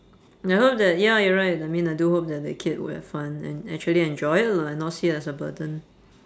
I hope that ya you're right I mean I do hope that the kid will have fun and actually enjoy it lah and not see it as a burden